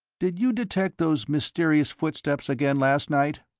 did you detect those mysterious footsteps again last night?